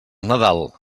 nadal